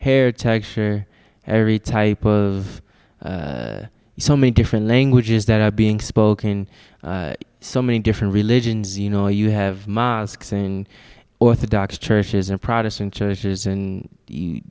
hair texture every type of so many different languages that are being spoken so many different religions you know you have mosques and orthodox churches and protestant churches and